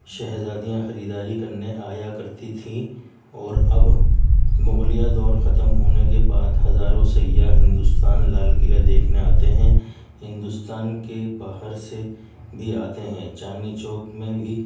شہزادیاں خریداری کرنے آیا کرتی تھیں اور اب مغلیہ دور ختم ہونے کے بعد ہزاروں سیاح ہندوستان لال قلعہ دیکھنے آتے ہیں ہندوستان کے باہر سے بھی آتے ہیں چاندنی چوک میں بھی